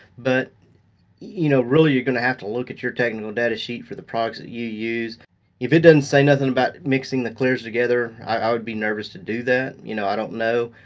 but you know really you're gonna have to look at your technical data sheet for the products that you use. if it doesn't say nothing about mixing the clears together, i would be nervous to do that. you know i don't know,